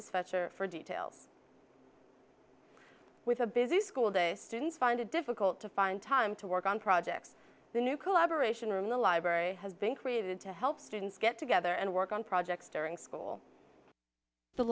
fetcher for details with a busy school this students find it difficult to find time to work on projects the new collaboration room the library has been created to help students get together and work on projects during school the